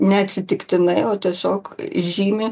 neatsitiktinai o tiesiog žymi